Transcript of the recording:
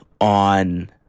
on